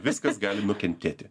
viskas gali nukentėti